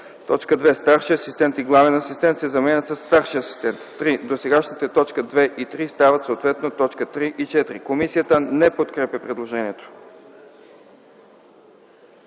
т. 2: „2. „Старши асистент” и „главен асистент” се заменят със „старши асистент”.” 3. Досегашните т. 2 и 3 стават съответно т. 3 и 4. Комисията не подкрепя предложението.